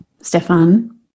Stefan